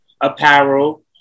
Apparel